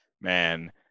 man